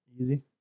Easy